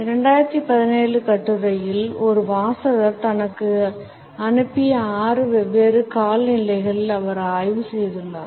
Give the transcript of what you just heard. இந்த 2017 கட்டுரையில் ஒரு வாசகர் தனக்கு அனுப்பிய ஆறு வெவ்வேறு கால் நிலைகளை அவர் ஆய்வு செய்துள்ளார்